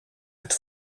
het